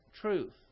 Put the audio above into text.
truth